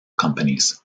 companies